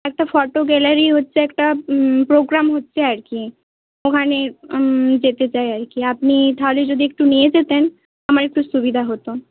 একটা photo gallery হচ্ছে একটা প্রোগ্রাম হচ্ছে আর কি ওখানে যেতে চাই আর কী আপনি টাহলে যদি একটু নিয়ে যেতেন আমার একটু সুবিধা হত